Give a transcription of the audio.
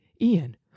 Ian